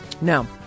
No